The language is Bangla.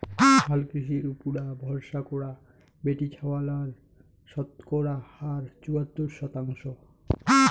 হালকৃষির উপুরা ভরসা করা বেটিছাওয়ালার শতকরা হার চুয়াত্তর শতাংশ